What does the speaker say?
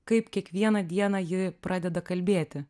kaip kiekvieną dieną ji pradeda kalbėti